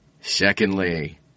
Secondly